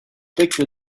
picture